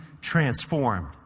transformed